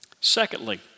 secondly